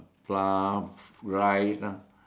flour rice ah